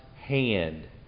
hand